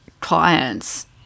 clients